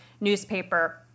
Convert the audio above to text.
newspaper